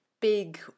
big